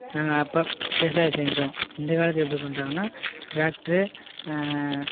நாங்கள் அப்போ விவசாயம் செஞ்சோம் இந்த காலத்தில் எப்படி பண்ணுறாங்கன்னா டிராக்ட்ரு